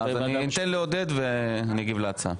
אז אני אתן לעודד ואגיב להצעה.